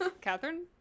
Catherine